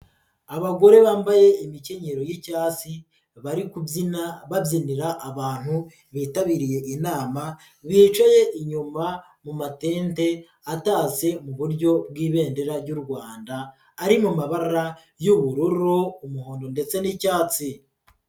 Abagore bambaye imikenyero y'icyatsi bari kubyina babyinira abantu bitabiriye inama bicaye inyuma mu matente atatse mu buryo bw'ibendera ry'u Rwanda ari mu mabara y'ubururu, umuhondo ndetse n'icyatsi.